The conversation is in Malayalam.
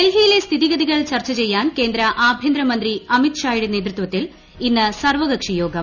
ഡൽഹിയിലെ സ്ഥിതിഗതിക്കുൾ ചർച്ച ചെയ്യാൻ കേന്ദ്ര ആഭ്യന്തരമന്ത്രി അമിത് ഷാ്യുടെ നേതൃത്വത്തിൽ ഇന്ന് സർവ്വക്ഷി യോഗം